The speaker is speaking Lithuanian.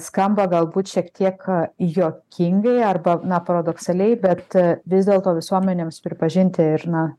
skamba galbūt šiek tiek a juokingai arba na paradoksaliai bet vis dėlto visuomenėms pripažinti ir na